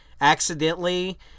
accidentally